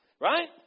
Right